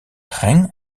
ging